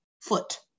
foot